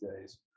days